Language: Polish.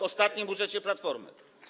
ostatnim budżecie Platformy.